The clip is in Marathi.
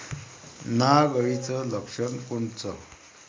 नाग अळीचं लक्षण कोनचं?